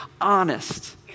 honest